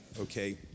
okay